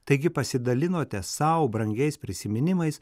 taigi pasidalinote sau brangiais prisiminimais